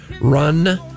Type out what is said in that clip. Run